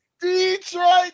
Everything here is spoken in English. Detroit